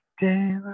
day